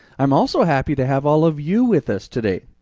i'm also happy to have all of you with us today.